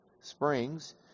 springs